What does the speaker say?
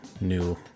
new